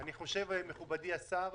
מכובדי השר,